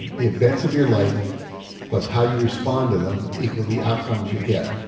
the events of your life plus how you respond to them equal the outcomes you get.